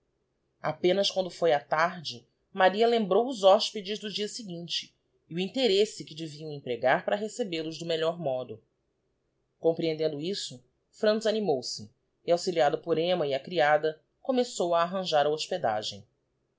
apenas quando foi a tarde maria lembrou os hospedes do dia seguinte e o interesse que deviam empregar para recebel os do melhor modo comprehendendo isso franz animou-se e auxiliado por emma e a creada começou a arranjar a hospedagem